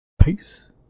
Peace